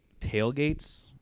tailgates